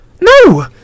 No